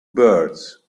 birds